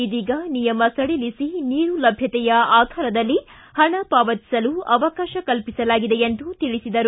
ಇದೀಗ ನಿಯಮ ಸಡಿಲಿಸಿ ನೀರು ಲಭ್ಣತೆಯ ಆಧಾರದಲ್ಲಿ ಹಣ ಪಾವತಿಸಲು ಅವಕಾಶ ಕಲ್ಪಿಸಲಾಗಿದೆ ಎಂದು ತಿಳಿಸಿದರು